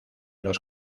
los